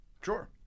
Sure